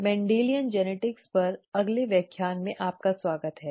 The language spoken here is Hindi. मेंडेलियन जेनेटिक्स पर अगले व्याख्यान में आपका स्वागत है